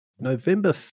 November